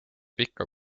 pika